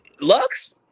Lux